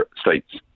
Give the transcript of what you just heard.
states